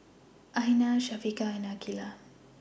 Aina Syafiqah and Aqilah